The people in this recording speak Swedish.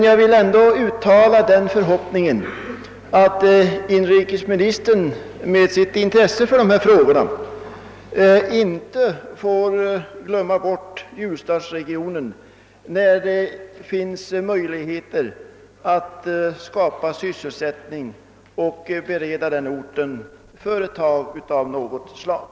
Jag vill ändå uttala den förhoppningen att inrikesministern med sitt intresse för dessa frågor inte glömmer bort ljusdalsregionen när det gäller att bevilja lokaliseringsstöd och främja möjligheterna att skapa sysselsättning inom denna framåtsträvande region.